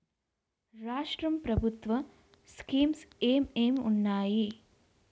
రాష్ట్రం ప్రభుత్వ స్కీమ్స్ ఎం ఎం ఉన్నాయి?